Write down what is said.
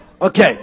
Okay